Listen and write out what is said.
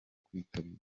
kwitabira